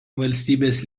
valstybės